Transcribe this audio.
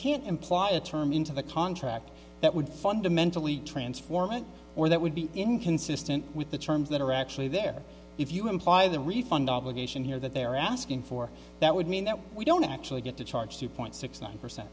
can't imply the term into the contract that would fundamentally transform it or that would be inconsistent with the terms that are actually there if you imply the refund obligation here that they're asking for that would mean that we don't actually get to charge two point six nine percent